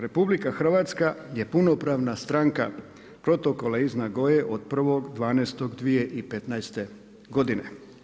RH je punopravna stranka protokola iz Nagoye od 1.12.2015. godine.